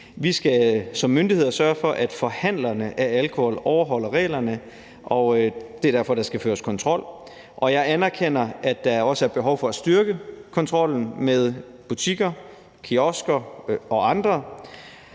Vi skal som myndighed sørge for, at forhandlerne af alkohol overholder reglerne – det er derfor, at der skal føres kontrol – og jeg anerkender, at der også er behov for at styrke kontrollen med butikker, kiosker og andre